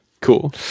Cool